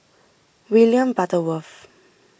William Butterworth